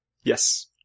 Yes